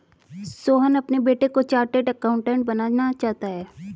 सोहन अपने बेटे को चार्टेट अकाउंटेंट बनाना चाहता है